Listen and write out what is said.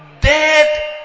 Dead